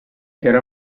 era